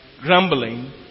grumbling